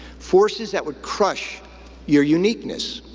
forces that would crush your uniqueness.